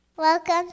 Welcome